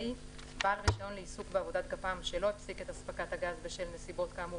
בעל רישיון לעיסוק בעבודת גפ"מ שלא הפסיק את הספקת הגז בשל נסיבות כאמור